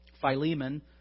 Philemon